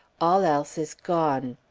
all else is gone.